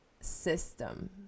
system